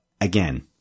again